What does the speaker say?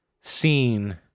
seen